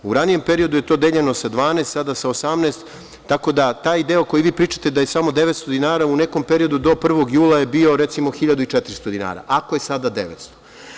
U ranijem periodu je to deljeno sa 12, sada sa 18, tako da taj deo koji vi pričate da je samo 900 dinara, u nekom periodu do 1. jula je bio, recimo, 1.400 dinara, ako je sada 900.